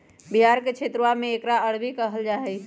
बिहार के क्षेत्रवा में एकरा अरबी कहल जाहई